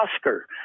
Oscar